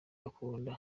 ukunda